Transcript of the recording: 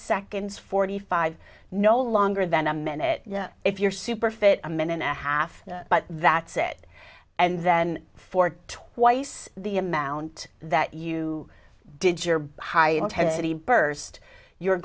seconds forty five no longer than a minute if you're super fit a minute and a half but that's it and then for twice the amount that you did your high intensity burst you're